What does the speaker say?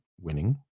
winning